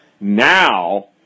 now